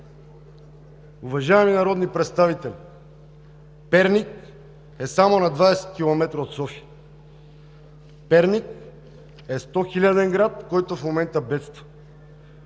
Уважаеми народни представители, Перник е само на 20 км от София. Перник е 100-хиляден град, който в момента бедства.